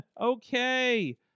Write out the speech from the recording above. Okay